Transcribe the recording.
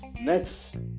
next